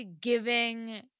giving